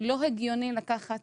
לא הגיוני לקחת